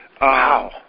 Wow